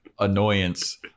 annoyance